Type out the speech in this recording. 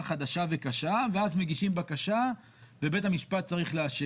חדשה וקשה ואז מגישים בקשה ובית המשפט צריך לאשר.